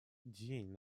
день